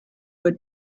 would